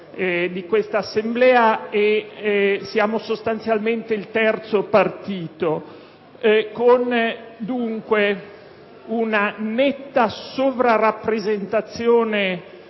di quest'Assemblea. Siamo sostanzialmente il terzo partito, con una netta sovrarappresentazione